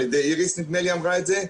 נדמה לי שאיריס אמרה את זה.